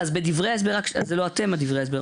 בדברי ההסבר זה לא אתם דברי ההסבר,